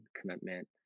commitment